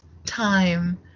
Time